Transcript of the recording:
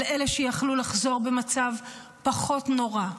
על אלה שיכלו לחזור במצב פחות נורא.